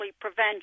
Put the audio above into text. prevention